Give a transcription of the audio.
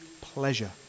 pleasure